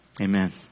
Amen